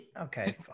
Okay